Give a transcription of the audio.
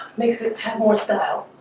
makes it it have more style.